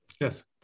Yes